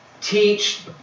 teach